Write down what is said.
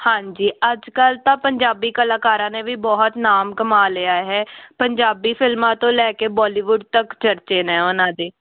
ਹਾਂਜੀ ਅੱਜ ਕੱਲ੍ਹ ਤਾਂ ਪੰਜਾਬੀ ਕਲਾਕਾਰਾਂ ਨੇ ਵੀ ਬਹੁਤ ਨਾਮ ਕਮਾ ਲਿਆ ਹੈ ਪੰਜਾਬੀ ਫਿਲਮਾਂ ਤੋਂ ਲੈ ਕੇ ਬੋਲੀਵੁੱਡ ਤੱਕ ਚਰਚੇ ਨੇ ਉਹਨਾਂ ਦੇ